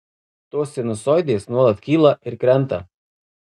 tos sinusoidės nuolat kyla ir krenta